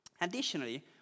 Additionally